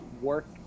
work